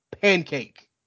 pancake